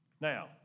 Now